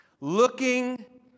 Looking